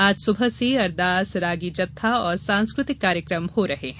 आज सुबह से अरदास रागी जत्था और सांस्कृतिक कार्यक्रम हो रहे हैं